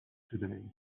today